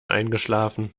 eingeschlafen